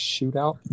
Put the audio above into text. shootout